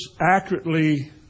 accurately